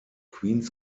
queen’s